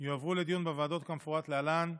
יועברו לדיון בוועדות כמפורט להלן: